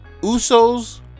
Usos